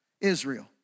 Israel